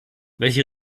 welche